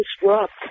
disrupt